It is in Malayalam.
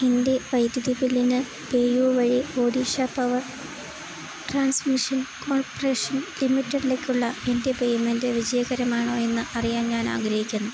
എൻ്റെ വൈദ്യുതി ബില്ലിന് പേ യു വഴി ഒഡീഷ പവർ ട്രാൻസ്മിഷൻ കോർപ്പറേഷൻ ലിമിറ്റഡിലേക്കുള്ള എൻ്റെ പേയ്മെൻ്റ് വിജയകരമാണോ എന്ന് അറിയാൻ ഞാനാഗ്രഹിക്കുന്നു